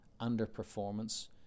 underperformance